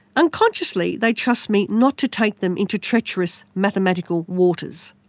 unconsciously they trust me not to take them into treacherous mathematical waters.